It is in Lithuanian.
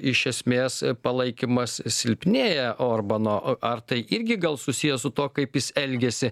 iš esmės palaikymas silpnėja orbano ar tai irgi gal susiję su tuo kaip jis elgiasi